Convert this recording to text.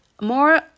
More